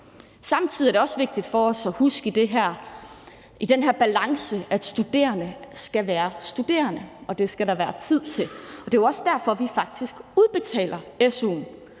Samtidig er det også vigtigt for os i den her balance at huske, at studerende skal være studerende, og at der skal være tid til det. Det er jo faktisk også derfor, vi udbetaler su'en,